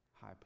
high